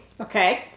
Okay